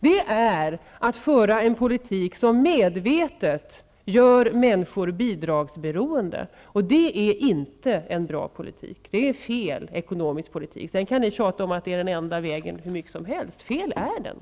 Detta är att medvetet föra en ekonomisk politik som gör människor bidragsberoende. Det är inte en bra, utan en felaktig ekonomisk politik. Sedan kan ni tjata hur mycket som helst om att det är den enda vägen, för den är ändå felaktig.